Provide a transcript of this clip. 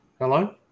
hello